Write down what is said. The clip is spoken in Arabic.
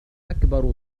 أكبر